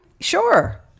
Sure